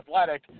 Athletic